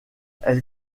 elle